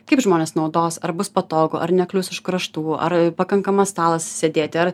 kaip žmonės naudos ar bus patogu ar neklius už kraštų ar pakankamas stalas sėdėti ar